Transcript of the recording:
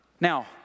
Now